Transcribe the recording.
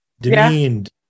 demeaned